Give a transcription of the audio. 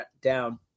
down